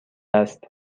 است